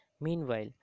Meanwhile